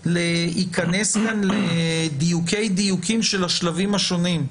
להיכנס כאן לדיוקי דיוקים של השלבים השונים.